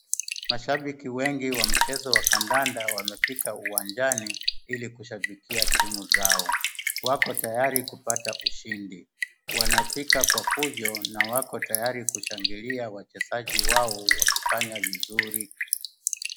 Mashabiki wengi wa mchezo wa kadanda wamefika uwanjani hili kushabikia timu zao. Wako tayari kupata ushindi. Wanafika kwa fujo na wako tayari kushangilia wachezaji wao wakifanya vizuri.